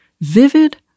vivid